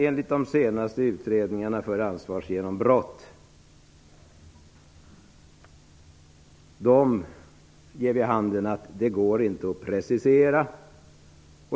Enligt de senaste utredningarna ger rekvisiten för ansvarsgenombrott vid handen att det inte går att precisera.